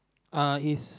uh is